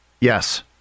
Yes